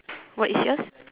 what is yours